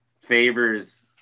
favors